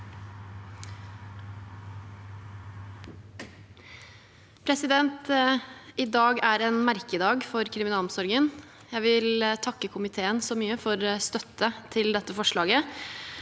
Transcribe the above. I dag er en merke- dag for kriminalomsorgen. Jeg vil takke komiteen mye for støtte til dette forslaget.